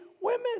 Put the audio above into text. women